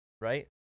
Right